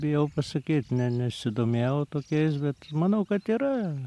bijau pasakyt ne nesidomėjau tokiais bet manau kad yra